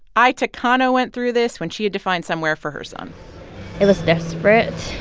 ai takano went through this when she had to find somewhere for her son it was desperate,